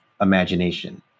imagination